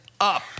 up